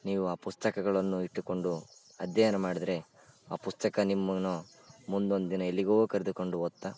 ನೀವು ಆ ಪುಸ್ತಕಗಳನ್ನು ಇಟ್ಟುಕೊಂಡು ಅಧ್ಯಯನ ಮಾಡಿದರೆ ಆ ಪುಸ್ತಕ ನಿಮ್ಮನ್ನು ಮುಂದೊಂದು ದಿನ ಎಲ್ಲಿಗೋ ಕರೆದುಕೊಂಡು ಹೋತ್ತ